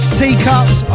teacups